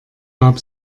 gab